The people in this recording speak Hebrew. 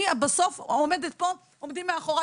אני בסוף עומדת פה ועומדים מאחורי